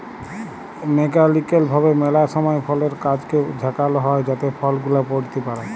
mechanical ভাবে ম্যালা সময় ফলের গাছকে ঝাঁকাল হই যাতে ফল গুলা পইড়তে পারে